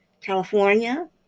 California